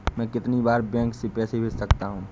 मैं कितनी बार बैंक से पैसे भेज सकता हूँ?